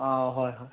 ꯑꯥꯎ ꯍꯣꯏ ꯍꯣꯏ